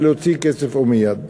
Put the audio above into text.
ולהוציא כסף ומייד.